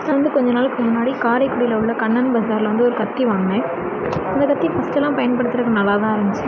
நான் வந்து கொஞ்ச நாளைக்கு முன்னாடி காரைக்குடியில் உள்ள கண்ணன் பஜாரில் வந்து ஒரு கத்தி வாங்கினேன் அந்த கத்தி ஃபஸ்ட்டெல்லாம் பயன்படுத்துகிறதுக்கு நல்லாதான் இருந்துச்சு